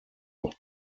auch